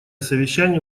совещание